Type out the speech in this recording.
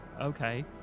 Okay